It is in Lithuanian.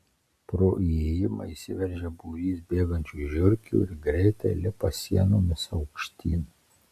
pro įėjimą įsiveržia būrys bėgančių žiurkių ir greitai lipa sienomis aukštyn